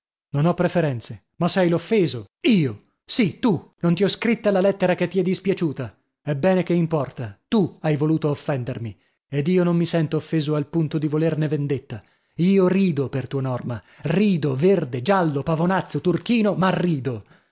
non ho preferenze ma sei l'offeso io sì tu non ti ho scritta la lettera che ti è dispiaciuta ebbene che importa tu hai voluto offendermi ed io non mi sento offeso al punto di volerne vendetta io rido per tua norma rido verde giallo pavonazzo turchino ma rido